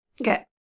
Okay